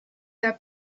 der